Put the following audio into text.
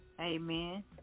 Amen